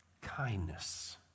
Kindness